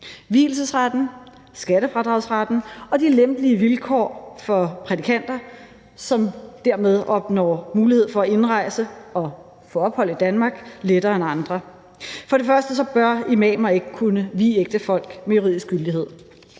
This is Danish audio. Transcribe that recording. vielsesret, skattefradragsretten, og de lempelige vilkår for prædikanter, som dermed opnår mulighed for indrejse og for at få ophold i Danmark lettere end andre. For det første bør imamer ikke kunne vie ægtefolk med juridisk gyldighed.